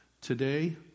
Today